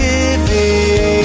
Living